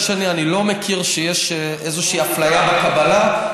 אבל מצד שני אני לא מכיר שיש איזושהי אפליה בקבלה.